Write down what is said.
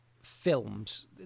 films